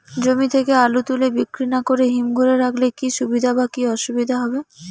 জমি থেকে আলু তুলে বিক্রি না করে হিমঘরে রাখলে কী সুবিধা বা কী অসুবিধা হবে?